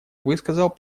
высказал